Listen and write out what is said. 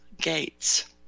Gates